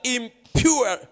impure